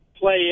play